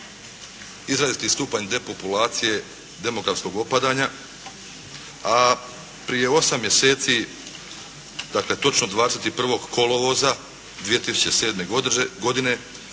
izraziti stupanj depopulacije demografskog opadanja a prije 8 mjeseci, dakle točno 21. kolovoza 2007. godine